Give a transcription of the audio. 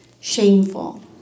shameful